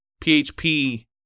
PHP